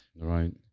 Right